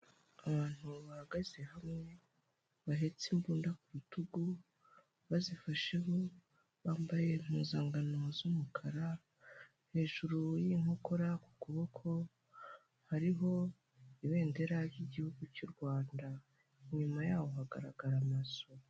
Abantu bahagaze hamwe bahetse imbunda ku bitugu bazifasheho bambaye impuzangano z'umukara hejuru y'inkokora ku kuboko hariho ibendera ry'igihugu cy'u Rwanda, inyuma yaho hagaragara amazu.